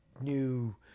new